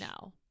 no